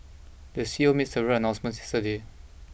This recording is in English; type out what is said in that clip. the C E O made several announcements yesterday